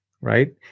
Right